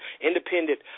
independent